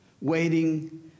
waiting